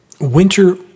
Winter